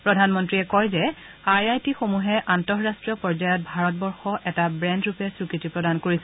প্ৰধানমন্ত্ৰীয়ে কয় যে আই আই টি সমূহে আন্তঃৰাষ্ট্ৰীয় পয্যায়ত ভাৰতবৰ্ষ এটা ব্ৰেণ্ডৰূপে শ্বীকৃতি প্ৰদান কৰিছে